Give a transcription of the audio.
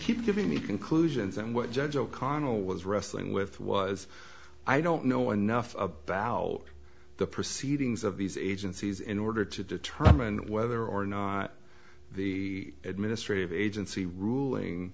keep giving me conclusions and what judge o'connell was wrestling with was i don't know enough about the proceedings of these agencies in order to determine whether or not the administrative agency ruling